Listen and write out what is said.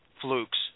flukes